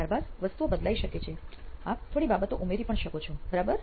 ત્યાર બાદ વસ્તુઓ બદલાઈ શકે છે આપ થોડી બાબતો ઉમેરી પણ શકો છો બરાબર